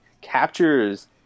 captures